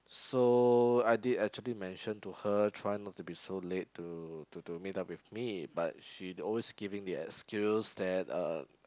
so I did actually mention to her try not to be so late to to to meet up with me but she always giving the excuse that um